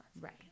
Right